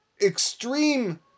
extreme